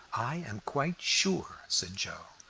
i am quite sure, said joe,